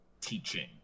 teaching